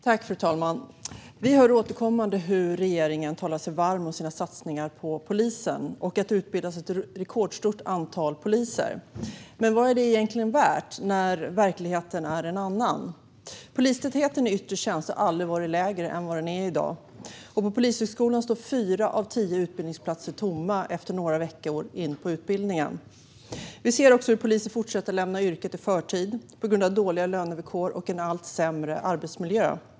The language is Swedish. Fru talman! Vi hör återkommande hur regeringen talar sig varm för sina satsningar på polisen och att det utbildas ett rekordstort antal poliser. Men vad är detta egentligen värt när verkligheten är en annan? Polistätheten i yttre tjänst har aldrig varit lägre än i dag, och på Polishögskolan står fyra av tio utbildningsplatser tomma några veckor in på utbildningen. Vi ser också hur poliser fortsätter att lämna yrket i förtid på grund av dåliga lönevillkor och en allt sämrse arbetsmiljö.